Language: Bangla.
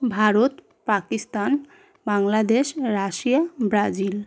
Bharat Pakistan Bangladesh Russia Brazil